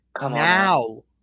now